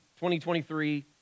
2023